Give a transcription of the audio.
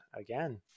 again